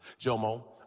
Jomo